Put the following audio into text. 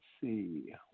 see